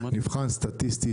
נבחן סטטיסטית,